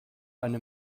eine